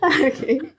Okay